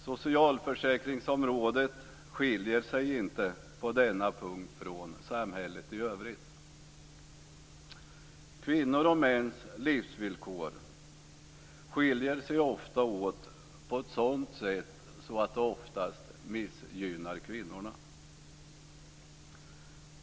Socialförsäkringsområdet skiljer sig inte på denna punkt från samhället i övrigt. Kvinnors och mäns livsvillkor skiljer sig åt på ett sådant sätt att det oftast missgynnar kvinnor.